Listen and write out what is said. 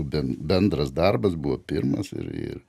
ben bendras darbas buvo pirmas ir ir